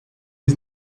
his